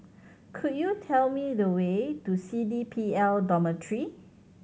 could you tell me the way to C D P L Dormitory